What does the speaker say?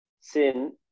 Sin